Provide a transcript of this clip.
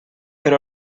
per